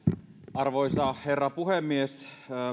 arvoisa herra puhemies